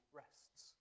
rests